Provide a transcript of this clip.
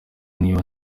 niba